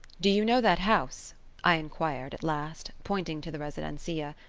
do you know that house i inquired, at last, pointing to the residencia,